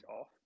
off